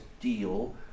deal